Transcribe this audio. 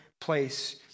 place